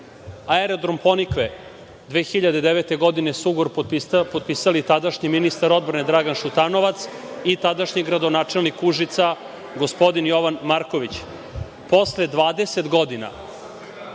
Vladi. Aerodrom „Ponikve“ 2009. godine ugovor su potpisali tadašnji ministar odbrane Dragan Šutanovac i tadašnji gradonačelnik Užica gospodin Jovan Marković.